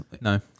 No